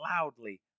loudly